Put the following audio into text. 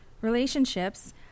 relationships